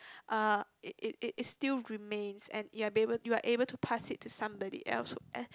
uh it it it it still remains and you are be able you are able to pass it to somebody else who uh